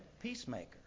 peacemaker